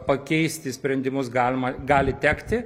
pakeisti sprendimus galima gali tekti